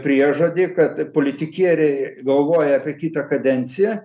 priežodį kad politikieriai galvoja apie kitą kadenciją